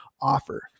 offer